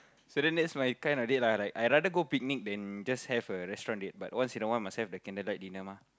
so then that's my kind of date lah like I rather go picnic then just have a restaurant date but once in a while must have the candlelight dinner mah